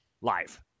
Live